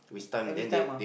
every time ah